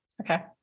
Okay